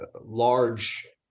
large